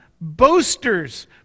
boasters